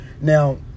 Now